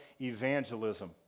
evangelism